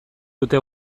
dute